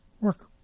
work